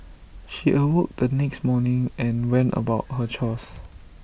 she awoke the next morning and went about her chores